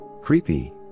Creepy